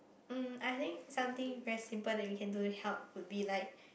mm I think something very simple that we can do to help would be like